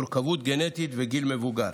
מורכבות גנטית וגיל מבוגר.